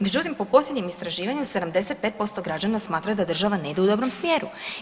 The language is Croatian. Međutim, po posljednjem istraživanju 75% građana smatra da država ne ide u dobrom smjeru.